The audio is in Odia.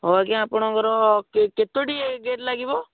ହଉ ଆଜ୍ଞା ଆପଣଙ୍କର କେ କେତୋଟି ଗେଟ୍ ଲାଗିବ